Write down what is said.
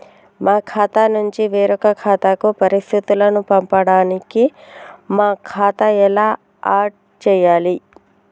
మా ఖాతా నుంచి వేరొక ఖాతాకు పరిస్థితులను పంపడానికి మా ఖాతా ఎలా ఆడ్ చేయాలి?